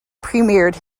premiered